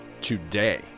today